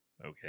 okay